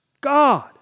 God